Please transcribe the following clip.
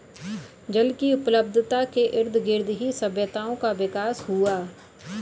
जल की उपलब्धता के इर्दगिर्द ही सभ्यताओं का विकास हुआ